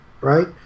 right